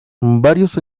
varios